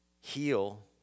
heal